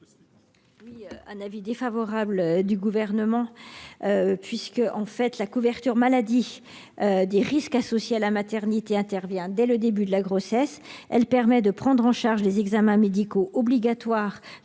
un avis défavorable sur cet amendement. La couverture maladie des risques associés à la maternité intervient dès le début de la grossesse. Elle permet de prendre en charge les examens médicaux obligatoires